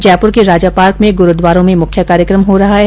जयपुर के राजापार्क में गुरूद्वारे में मुख्य कार्यक्रम हो रहा है